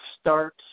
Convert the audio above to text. start